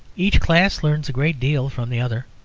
each class learns a great deal from the other.